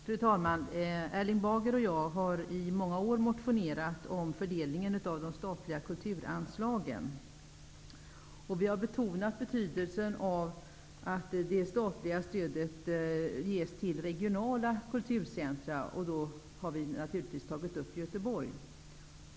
Fru talman! Erling Bager och jag har i många år motionerat om fördelningen av de statliga kulturanslagen. Vi har betonat betydelsen av att det statliga stödet ges till regionala kulturcentra, och vi har då givetvis tagit upp förhållandena i Göteborg.